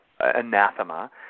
anathema